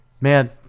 man